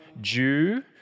Jew